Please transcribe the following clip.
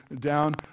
down